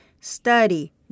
Study